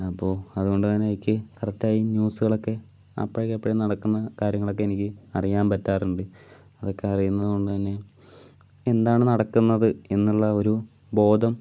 അപ്പോൾ അതുകൊണ്ട് തന്നെ എനിക്ക് കറക്റ്റ് ആയി ന്യൂസുകളൊക്കെ അപ്പോൾ അപ്പോൾ നടക്കുന്ന കാര്യങ്ങളൊക്കെ എനിക്ക് അറിയാൻ പറ്റാറുണ്ട് അതൊക്കെ അറിയുന്നത് കൊണ്ട് തന്നെ എന്താണ് നടക്കുന്നത് എന്നുള്ള ഒരു ബോധം